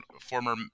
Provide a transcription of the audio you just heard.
former